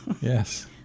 Yes